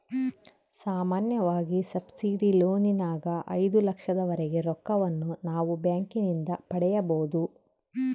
ಸಾಮಾನ್ಯವಾಗಿ ಸಬ್ಸಿಡಿ ಲೋನಿನಗ ಐದು ಲಕ್ಷದವರೆಗೆ ರೊಕ್ಕವನ್ನು ನಾವು ಬ್ಯಾಂಕಿನಿಂದ ಪಡೆಯಬೊದು